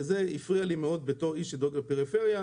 זה הפריע לי מאוד כאיש שדואג לפריפריה.